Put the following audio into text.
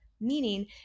meaning